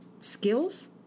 Skills